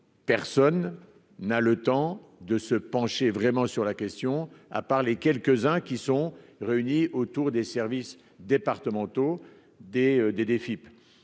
personne n'a le temps de se pencher vraiment sur la question, à part les quelques uns qui sont réunis autour des services départementaux des des